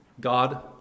God